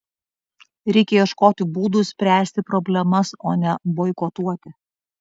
reikia ieškoti būdų spręsti problemas o ne boikotuoti